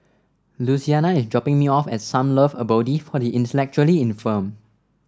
Louisiana is dropping me off at Sunlove Abode for the Intellectually Infirmed